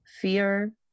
fear